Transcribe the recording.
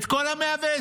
את כל ה-120,